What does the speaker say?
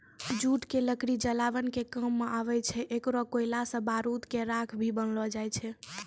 jute के लकड़ी जलावन के काम मॅ आवै छै, एकरो कोयला सॅ बारूद के राख भी बनैलो जाय छै